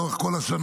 לאורך כל השנה,